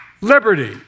liberty